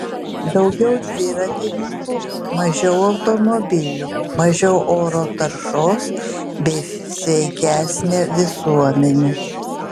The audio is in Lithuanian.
daugiau dviratininkų mažiau automobilių mažiau oro taršos bei sveikesnė visuomenė